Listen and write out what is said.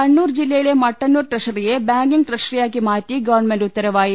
കണ്ണൂർ ജില്ലയിലെ മട്ടന്നൂർ ട്രഷറിയെ ബാങ്കിംഗ് ട്രഷറിയാക്കി മാറ്റി ഗവൺമെന്റ് ഉത്തരവായി